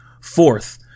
Fourth